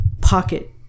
pocket